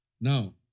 Now